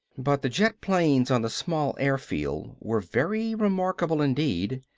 but the jet-planes on the small airfield were very remarkable indeed,